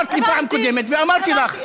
אמרתי בפעם הקודמת, ואמרתי לך.